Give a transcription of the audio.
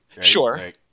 Sure